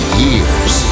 years